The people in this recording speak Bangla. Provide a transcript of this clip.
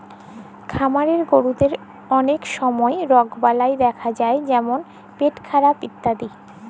খামারের গরুদের অলক সময় রগবালাই দ্যাখা যায় যেমল পেটখারাপ ইত্যাদি